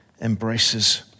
embraces